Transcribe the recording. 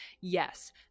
Yes